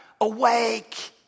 Awake